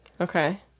Okay